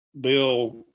Bill